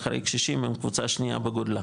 אחרי קשישים הם קבוצה שנייה בגודלה,